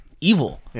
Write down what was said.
evil